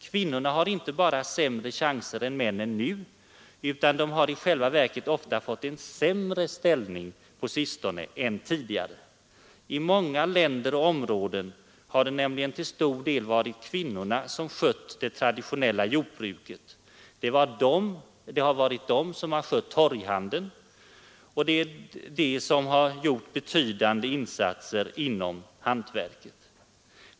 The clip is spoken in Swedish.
Kvinnorna har inte bara sämre chanser än männen, utan de har i själva verket ofta fått en sämre ställning på sistone än tidigare. I många länder och områden har det nämligen till stor del varit kvinnorna som skött det traditionella jordbruket, det har varit de som skött torghandeln, och de har gjort betydande insatser inom hantverket.